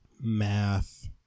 math